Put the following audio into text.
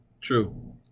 True